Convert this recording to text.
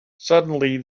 suddenly